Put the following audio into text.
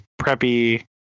preppy